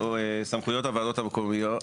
סמכויות הוועדות המקומיות.